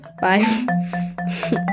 bye